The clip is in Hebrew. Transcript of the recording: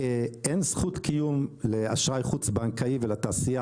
אין זכות קיום לאשראי חוץ בנקאי ולתעשייה